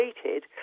stated